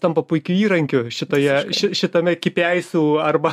tampa puikiu įrankiu šitoje ši šitame kipi aisų arba